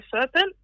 serpent